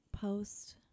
post